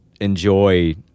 enjoy